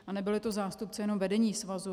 A nebyli to zástupci jenom vedení svazu.